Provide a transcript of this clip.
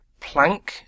Planck